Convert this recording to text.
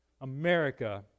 America